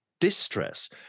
distress